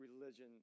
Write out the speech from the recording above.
religion